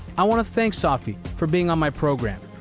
i want to thank safi for being on my program.